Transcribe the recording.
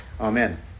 Amen